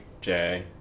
Jay